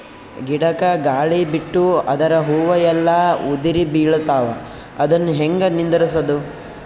ಗಿಡಕ, ಗಾಳಿ ಬಿಟ್ಟು ಅದರ ಹೂವ ಎಲ್ಲಾ ಉದುರಿಬೀಳತಾವ, ಅದನ್ ಹೆಂಗ ನಿಂದರಸದು?